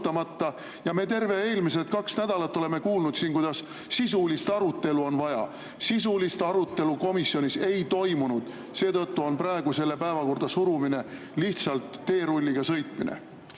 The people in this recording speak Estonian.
oleme terve eelmised kaks nädalat kuulnud siin, kuidas sisulist arutelu on vaja. Aga sisulist arutelu komisjonis ei toimunud, seetõttu on praegu selle punkti päevakorda surumine lihtsalt teerulliga sõitmine.